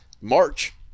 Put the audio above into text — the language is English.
March